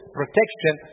protection